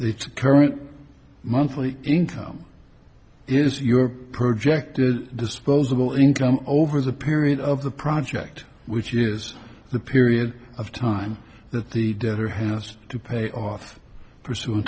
the current monthly income is your projected disposable income over the period of the project which is the period of time that the other have to pay off pursui